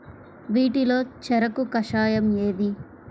వీటిలో చెరకు కషాయం ఏది?